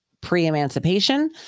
pre-emancipation